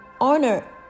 honor